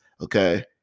Okay